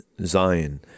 Zion